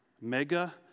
Mega